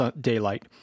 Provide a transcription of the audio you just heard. daylight